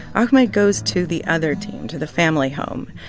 ahmed goes to the other team, to the family home.